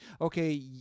Okay